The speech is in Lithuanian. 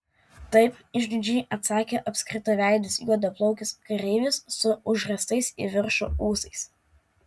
taip išdidžiai atsakė apskritaveidis juodaplaukis kareivis su užriestais į viršų ūsais